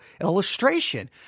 illustration